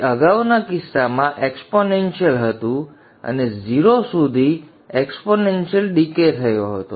તે અગાઉના કિસ્સામાં એક્સપોનેન્શિયલ હતું અને 0 સુધી એક્સપોનેન્શિયલ ડીકે થયો હતો